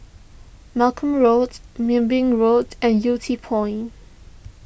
Malcolm Road Wilby Road and Yew Tee Point